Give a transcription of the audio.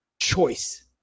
choice